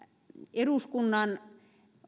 eduskunnan